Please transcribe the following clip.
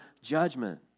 judgment